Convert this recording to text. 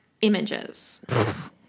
images